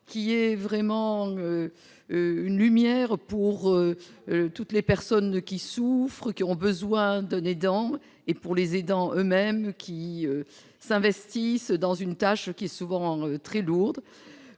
loi. C'est une lumière pour toutes les personnes en souffrance ayant besoin d'un aidant et pour les aidants eux-mêmes, qui s'investissent dans une tâche souvent très lourde.